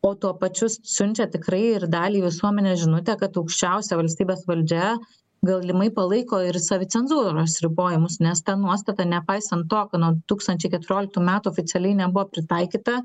o to pačiu siunčia tikrai ir daliai visuomenės žinutę kad aukščiausia valstybės valdžia galimai palaiko ir savicenzūros ribojimus nes ta nuostata nepaisant to ka nuo du tūkstančiai keturioliktų metų oficialiai nebuvo pritaikyta